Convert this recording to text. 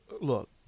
look